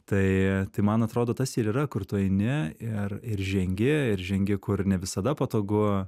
tai tai man atrodo tas ir yra kur tu eini ir ir žengi ir žengi kur ne visada patogu